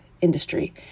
industry